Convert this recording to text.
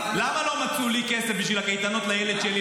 למה לא מצאו לי כסף בשביל הקייטנות לילד שלי?